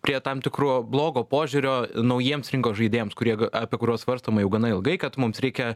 prie tam tikro blogo požiūrio naujiems rinkos žaidėjams kurie apie kuriuos svarstoma jau gana ilgai kad mums reikia